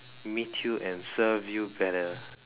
meet you and serve you better